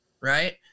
right